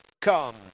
come